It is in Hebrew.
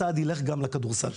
הצעד ילך גם לכדורסל,